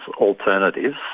alternatives